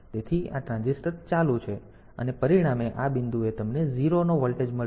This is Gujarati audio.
તેથી આ ટ્રાન્ઝિસ્ટર ચાલુ છે અને પરિણામે આ બિંદુએ તમને 0 નો વોલ્ટેજ મળશે